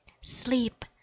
sleep